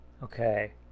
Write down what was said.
Okay